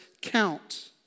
count